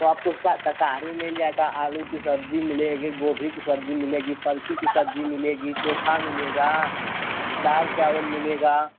तो आपको उसका शाकाहारी मिल जाएगा आलू की सब्ज़ी मिलेगी गोभी की सब्ज़ी मिलेगी पलकी की सब्ज़ी मिलेगी चोखा मिलेगा दाल चावल मिलेगा